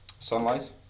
sunlight